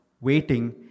waiting